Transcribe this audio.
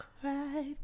cry